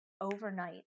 overnight